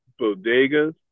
bodegas